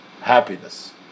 happiness